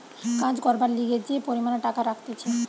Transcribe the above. কাজ করবার লিগে যে পরিমাণে টাকা রাখতিছে